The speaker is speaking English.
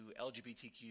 LGBTQ+